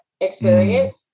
experience